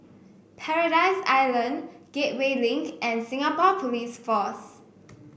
Paradise Island Gateway Link and Singapore Police Force